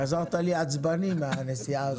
חזרת לי עצבני מהנסיעה הזו.